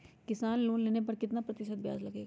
किसान लोन लेने पर कितना प्रतिशत ब्याज लगेगा?